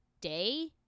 day